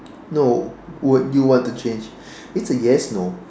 no would you want to change it's a yes no